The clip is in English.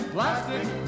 Plastic